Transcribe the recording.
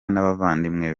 n’abavandimwe